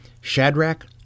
Shadrach